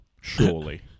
Surely